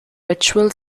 ritual